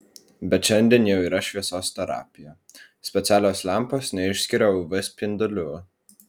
bet šiandien jau yra šviesos terapija specialios lempos neišskiria uv spindulių